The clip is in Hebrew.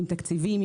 עם תקציבים,